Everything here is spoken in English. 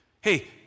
Hey